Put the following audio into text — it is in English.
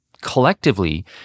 collectively